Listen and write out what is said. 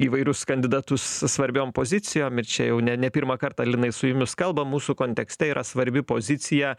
įvairius kandidatus svarbiom pozicijom ir čia jau ne ne pirmą kartą linai su jumis kalbam mūsų kontekste yra svarbi pozicija